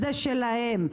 זה שלהם.